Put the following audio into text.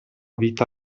vita